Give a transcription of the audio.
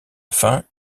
fin